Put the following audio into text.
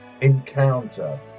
encounter